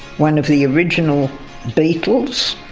one of the original beetles,